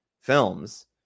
films